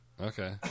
okay